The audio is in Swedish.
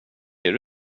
det